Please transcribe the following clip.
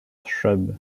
shrub